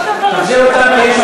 תחזירו אותם כי יש